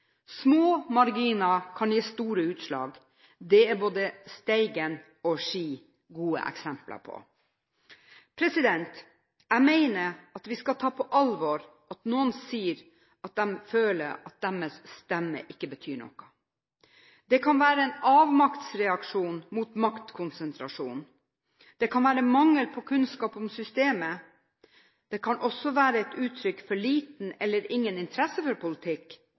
Små marginer kan gi store utslag. Det er både Steigen og Ski gode eksempler på. Jeg mener at vi skal ta på alvor at noen sier at de føler at deres stemme ikke betyr noe. Det kan være en avmaktsreaksjon mot maktkonsentrasjon, eller det kan være mangel på kunnskap om systemet. Det kan også være et uttrykk for liten eller ingen interesse for politikk